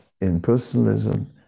impersonalism